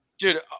Dude